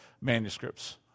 manuscripts